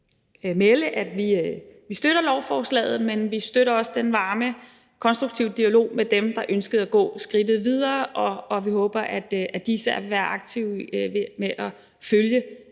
melde, at vi støtter lovforslaget, men vi støtter også den varme, konstruktive dialog med dem, der ønskede at gå skridtet videre. Og vi håber, at de især vil være aktive i forhold